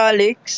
Alex